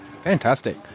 Fantastic